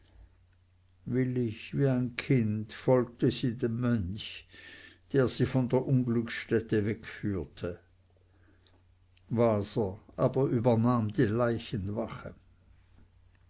wie ein kind folgte sie dem mönch der sie von der unglücksstätte wegführte waser aber über nahm die